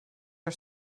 are